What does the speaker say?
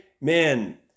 men